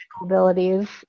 abilities